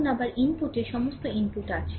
এখন আবার ইনপুট এ সমস্ত ইনপুট আছে